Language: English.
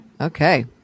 okay